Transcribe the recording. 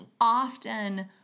often